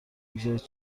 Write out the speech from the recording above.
بگذارید